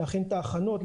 להכין את ההכנות,